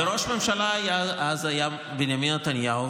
ראש הממשלה אז היה בנימין נתניהו,